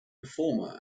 performer